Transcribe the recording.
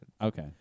Okay